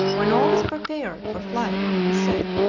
when all was prepared for flight he said,